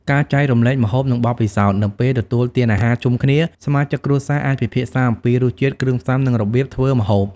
ការចែករំលែកម្ហូប និងបទពិសោធន៍៖ នៅពេលទទួលទានអាហារជុំគ្នា សមាជិកគ្រួសារអាចពិភាក្សាអំពីរសជាតិ គ្រឿងផ្សំ និងរបៀបធ្វើម្ហូប។